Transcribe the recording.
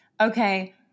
Okay